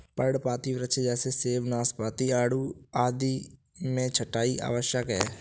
पर्णपाती वृक्ष जैसे सेब, नाशपाती, आड़ू आदि में छंटाई आवश्यक है